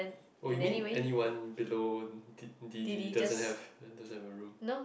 oh you mean anyone below d_d doesn't have doesn't have a room